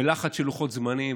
בלחץ של לוחות זמנים.